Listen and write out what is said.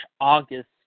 August